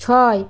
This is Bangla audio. ছয়